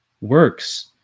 works